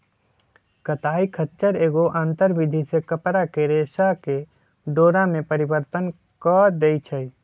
कताई खच्चर एगो आंतर विधि से कपरा के रेशा के डोरा में परिवर्तन कऽ देइ छइ